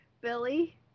Billy